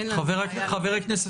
אין לנו בעיה לוגית.